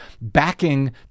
backing